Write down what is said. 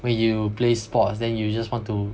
when you play sports then you just want to